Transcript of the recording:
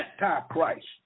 Antichrist